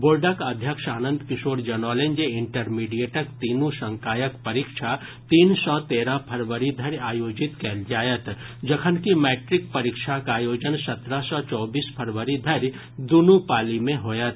बोर्डक अध्यक्ष आनंद किशोर जनौलनि जे इंटरमीडिएटक तीनू संकायक परीक्षा तीन सँ तेरह फरवरी धरि आयोजित कयल जायत जखनकि मैट्रिक परीक्षाक आयोजन सत्रह सँ चौबीस फरवरी धरि दूनु पाली मे होयत